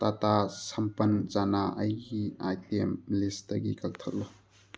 ꯇꯇꯥ ꯁꯝꯄꯟ ꯆꯥꯅꯥ ꯑꯩꯒꯤ ꯑꯥꯏꯇꯦꯝ ꯂꯤꯁꯇꯒꯤ ꯀꯛꯊꯠꯂꯨ